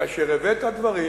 כאשר הבאת דברים